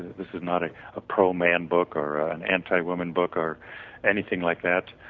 this is not a ah pro-man book or an anti-woman book or anything like that.